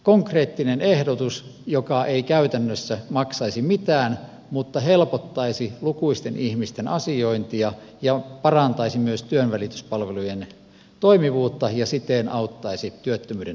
konkreettinen ehdotus joka ei käytännössä maksaisi mitään mutta helpottaisi lukuisten ihmisten asiointia ja parantaisi myös työnvälityspalvelujen toimivuutta ja siten auttaisi työttömyyden nujertamisessa